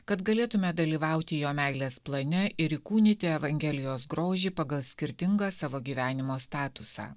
kad galėtume dalyvauti jo meilės plane ir įkūnyti evangelijos grožį pagal skirtingą savo gyvenimo statusą